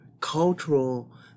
cultural